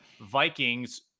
Vikings